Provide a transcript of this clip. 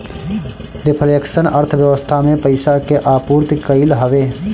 reflection अर्थव्यवस्था में पईसा के आपूर्ति कईल हवे